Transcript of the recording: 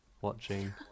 watching